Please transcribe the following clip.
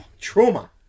trauma